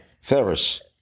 Ferris